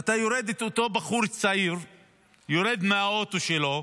ואתה רואה את אותו בחור צעיר יורד מהאוטו שלו,